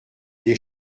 des